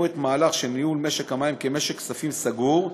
את המהלך של ניהול משק המים כמשק כספים סגור,